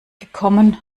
gekommen